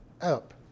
up